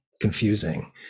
confusing